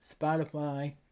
Spotify